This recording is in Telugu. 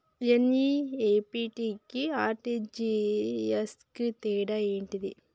ఎన్.ఇ.ఎఫ్.టి కి ఆర్.టి.జి.ఎస్ కు తేడా ఏంటిది?